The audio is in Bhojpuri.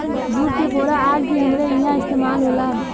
जूट क बोरा आज भी हमरे इहां इस्तेमाल होला